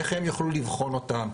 איך הם יכלו לבחון אותם,